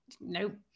nope